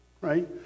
right